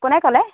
কোনে ক'লে